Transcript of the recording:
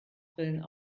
brillen